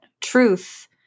truth